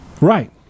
Right